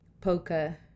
poker